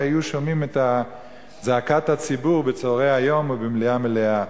והיו שומעים את זעקת הציבור בצהרי היום או במליאה מלאה.